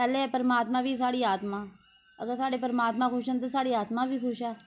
पैह्ले परमात्मा फ्ही साढ़ी आत्मा अगर साढ़े परमात्मा खुश न ते साढ़ी आत्मा बी खुश ऐ